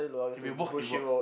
if it works it works